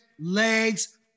legs